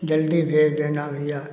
जल्दी भेज देना भइया